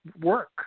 work